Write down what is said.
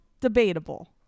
debatable